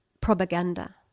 propaganda